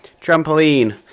Trampoline